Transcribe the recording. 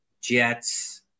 Jets